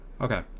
Okay